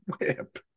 whip